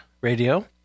Radio